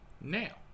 Now